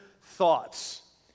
thoughts